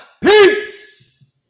Peace